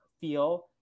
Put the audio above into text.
feel